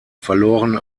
verloren